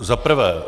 Za prvé.